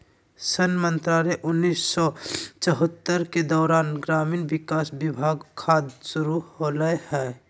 सन मंत्रालय उन्नीस सौ चैह्त्तर के दौरान ग्रामीण विकास विभाग खाद्य शुरू होलैय हइ